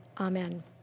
Amen